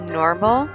normal